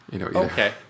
Okay